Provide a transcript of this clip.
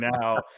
now